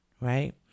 right